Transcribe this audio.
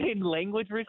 language